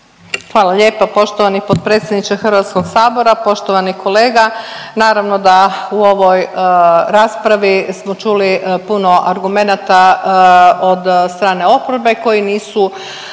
Hvala lijepa poštovani potpredsjedniče HS-a, poštovani kolega. Naravno da u ovoj raspravi smo čuli puno argumenata od strane oporbe koji nisu